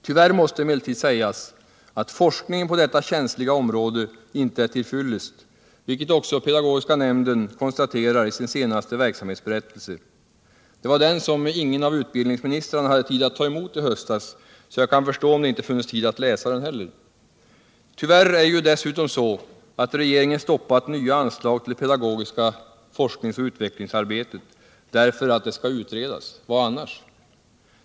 Tyvärr måste emellertid sägas att forskningen på detta känsliga område inte är till fyllest, vilket också pedagogiska nämnden konstaterar i sin senaste verksamhetsberättelse. Det var den som ingen av utbildningsministrarna hade tid att ta emot i höstas, så jag kan förstå om det inte funnits tid att läsa den heller. Tyvärr är det dessutom så att regeringen stoppat nya anslag till det pedagogiska forskningsoch utvecklingsarbetet därför att det skall utredas. Vad annars?